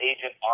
Agent